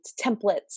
templates